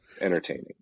Entertaining